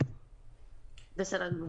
בסדר גמור.